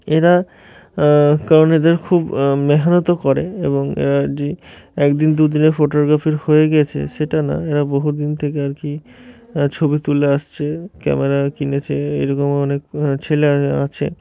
এরা কারণ এদের খুব মেহনতও করে এবং এরা যে একদিন দু দিনে ফটোগ্রাফার হয়ে গিয়েছে সেটা না এরা বহুদিন থেকে আর কি ছবি তুলে আসছে ক্যামেরা কিনেছে এরকম অনেক ছেলে আছে